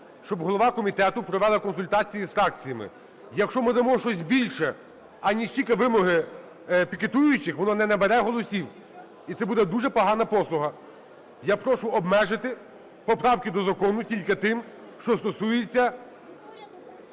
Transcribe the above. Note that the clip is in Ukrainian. щоб голова комітету провела консультації з фракціями. Якщо ми дамо щось більше, аніж тільки вимоги пікетуючих, воно не набере голосів, і це буде дуже погана послуга. Я прошу обмежити поправки до закону тільки тим, що стосується